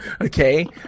okay